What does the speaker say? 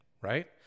right